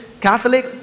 Catholic